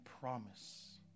promise